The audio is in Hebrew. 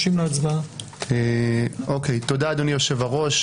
אדוני היושב-ראש,